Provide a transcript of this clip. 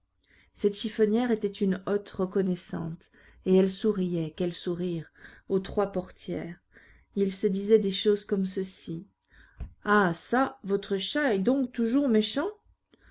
cette chiffonnière était une hotte reconnaissante et elle souriait quel sourire aux trois portières il se disait des choses comme ceci ah çà votre chat est donc toujours méchant